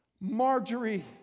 Marjorie